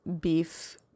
beef